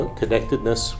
connectedness